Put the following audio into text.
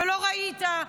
לא ראית,